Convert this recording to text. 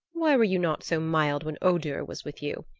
why were you not so mild when odur was with you?